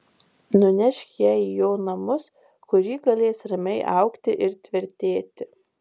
nunešk ją į jo namus kur ji galės ramiai augti ir tvirtėti